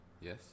Yes